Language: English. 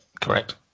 correct